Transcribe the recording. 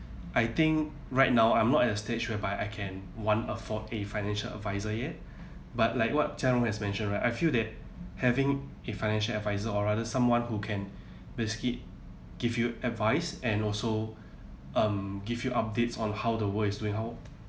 I think right now I'm not at the stage whereby I can one afford a financial advisor yet but like what jia rong has mentioned right I feel that having a financial advisor or rather someone who can basically give you advice and also um give you updates on how the world is doing how